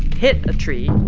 hit a tree.